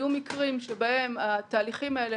היו מקרים שהתהליכים האלה